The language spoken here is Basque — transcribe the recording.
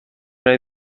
ari